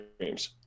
dreams